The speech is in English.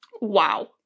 Wow